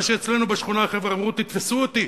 מה שאצלנו בשכונה החבר'ה אמרו "תתפסו אותי",